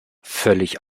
völlig